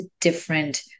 different